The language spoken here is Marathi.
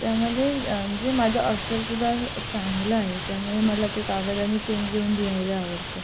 त्यामध्ये जे माझं अक्षर सुद्धा चांगलं आहे त्यामुळे मला ते कागद आणि पेन घेऊन लिहायला आवडतं